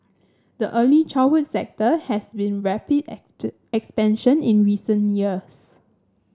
the early childhood sector has seen rapid expansion in recent years